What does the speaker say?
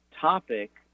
topic